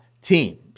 team